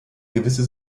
gewisse